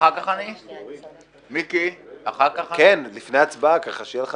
אני מקריאה את הנוסח של הקריאה